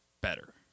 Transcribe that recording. better